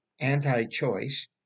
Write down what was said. anti-choice